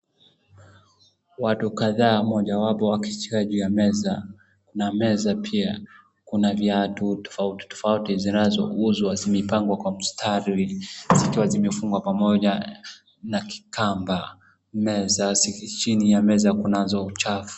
Watu kadhaa mmoja wapo akishika juu ya meza na meza pia. Kuna viatu tofauti tofauti zinazouzwa zimepangwa kwa mstari zikiwa zimefungwa pamoja na kikamba. Chini ya meza kunazo chafu.